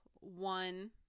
one